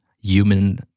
human